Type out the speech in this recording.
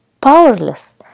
powerless